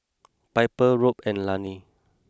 Piper Robb and Lannie